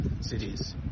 cities